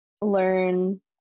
learn